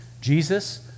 Jesus